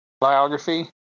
biography